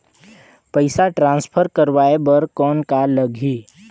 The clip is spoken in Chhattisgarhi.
पइसा ट्रांसफर करवाय बर कौन का लगही?